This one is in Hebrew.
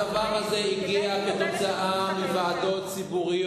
הדבר הזה הוא תוצאה של ועדות ציבוריות